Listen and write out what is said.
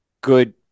good